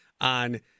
on